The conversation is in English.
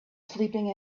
sleeping